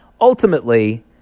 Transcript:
ultimately